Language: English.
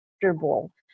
comfortable